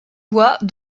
bois